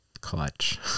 clutch